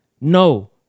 no